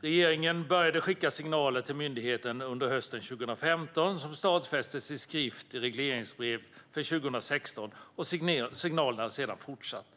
Regeringen började skicka signaler till myndigheten under hösten 2015 som stadfästes i skrift i regleringsbrev för 2016, och signalerna har sedan fortsatt.